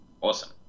awesome